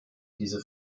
diese